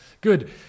Good